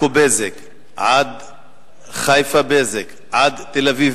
מ"בזק" עכו עד "בזק" חיפה עד "בזק" תל-אביב,